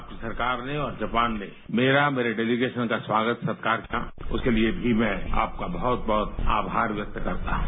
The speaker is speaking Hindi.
आपकी सरकार ने और जापान ने मेरा मेरे डेलिग्शन का स्वागत सतकार किया उसके लिए भी मैं आपका बहुत बहुत आभार व्यक्त करता हूं